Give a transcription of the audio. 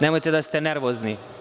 Nemojte da ste nervozni.